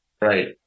Right